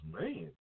man